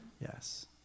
Yes